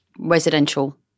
residential